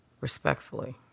Respectfully